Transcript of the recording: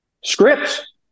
scripts